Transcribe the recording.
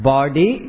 Body